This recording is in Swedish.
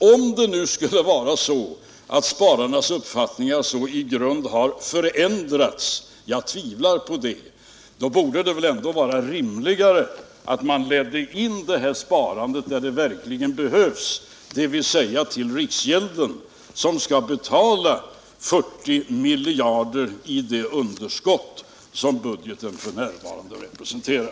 Om det nu skulle vara så att spararnas uppfattningar så i grunden har förändrats — jag tvivlar på det — borde det vara rimligt att man ledde in detta sparande där det behövs, dvs. till riksgälden som skall betala 40 miljarder i det underskott som budgeten f. n. representerar.